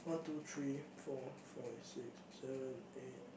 one two three four five six seven eight